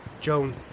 Joan